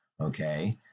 Okay